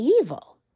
evil